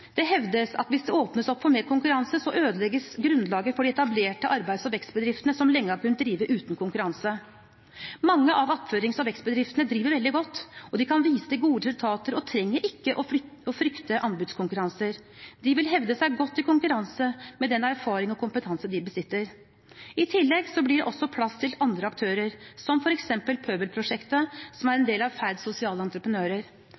Det hevdes at hvis det åpnes opp for mer konkurranse, ødelegges grunnlaget for de etablerte arbeids- og vekstbedriftene som lenge har kunnet drive uten konkurranse. Mange av attførings- og vekstbedriftene driver veldig godt, de kan vise til gode resultater og trenger ikke å frykte anbudskonkurranser. De vil hevde seg godt i konkurranser med den erfaring og kompetanse de besitter. I tillegg blir det også plass til andre aktører, som f.eks. Pøbelprosjektet, som er en del av Ferd Sosiale Entreprenører.